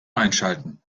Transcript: einschalten